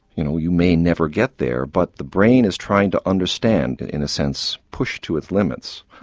you know you may never get there but the brain is trying to understand in a sense, pushed to its limits,